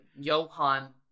Johan